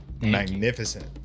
magnificent